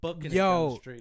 yo